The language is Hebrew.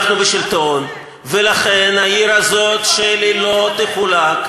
אנחנו בשלטון, ולכן העיר הזאת, שלי, לא תחולק.